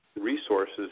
resources